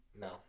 No